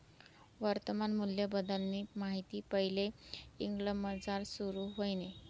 वर्तमान मूल्यबद्दलनी माहिती पैले इंग्लंडमझार सुरू व्हयनी